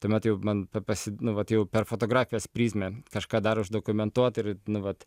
tuomet jau man ta pasi nu vat jau per fotografijos prizmę kažką dar uždokumentuot ir nu vat